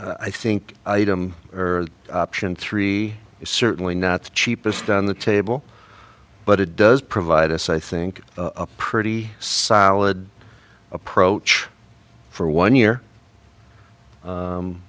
i think item or option three is certainly not the cheapest on the table but it does provide us i think a pretty solid approach for one year